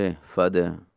Father